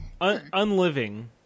Unliving